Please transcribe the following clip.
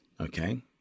okay